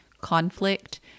conflict